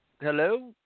Hello